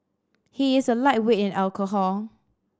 he is a lightweight in alcohol